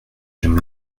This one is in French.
j’aime